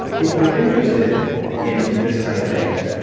if you're interested in this kinds of thing.